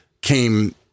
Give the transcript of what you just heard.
came